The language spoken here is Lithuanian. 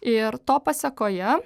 ir to pasekoje